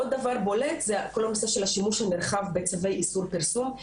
עוד דבר בולט זה כל הנושא של השימוש הנרחב בצווי איסור פרסום.